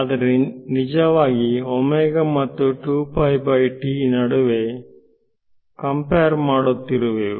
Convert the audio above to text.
ನಾವು ನಿಜವಾಗಿ ಮತ್ತು ನಡುವೆ ತುಲನೆ ಮಾಡುತ್ತಿರುವೆವು